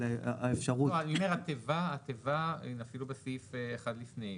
אני אומר שהתיבה, אפילו בסעיף אחד לפני.